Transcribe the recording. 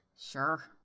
Sure